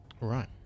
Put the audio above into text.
right